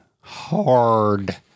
hard